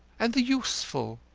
and the useful.